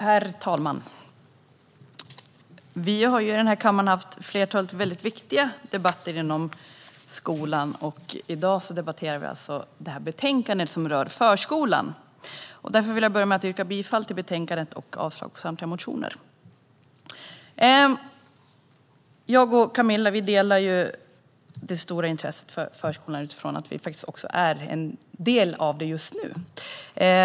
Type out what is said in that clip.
Herr talman! Vi har i den här kammaren haft ett flertal viktiga debatter om skolan. I dag debatterar vi betänkandet som rör förskolan. Därför vill jag börja med att yrka bifall till utskottets förslag i betänkandet och avslag på samtliga motioner. Jag och Camilla delar ju det stora intresset för förskolan utifrån att vi just nu är en del av den.